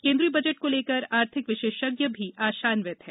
केन्द्रीय बजट को लेकर आर्थिक विशेषज्ञ भी आशान्वित है